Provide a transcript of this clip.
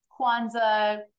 kwanzaa